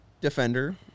defender